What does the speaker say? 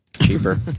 cheaper